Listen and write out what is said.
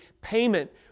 payment